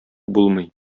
булмый